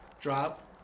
dropped